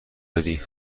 بدی